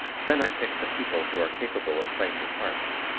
then i pick the people who are capable of playing the parts.